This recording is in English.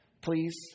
please